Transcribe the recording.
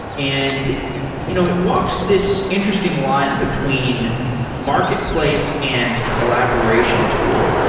and you know it walks this interesting line between marketplace and collaboration tool.